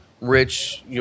rich